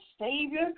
Savior